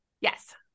Yes